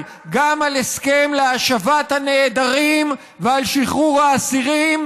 גם על הסכם להשבת הנעדרים ועל שחרור האסירים,